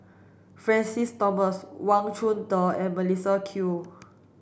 Francis Thomas Wang Chunde and Melissa Kwee